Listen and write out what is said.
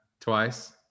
twice